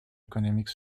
économiques